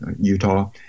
Utah